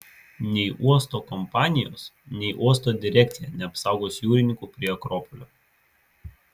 nei uosto kompanijos nei uosto direkcija neapsaugos jūrininkų prie akropolio